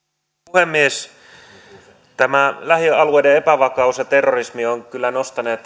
puhemies tämä lähialueiden epävakaus ja terrorismi on kyllä nostanut